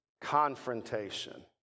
confrontation